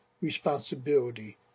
responsibility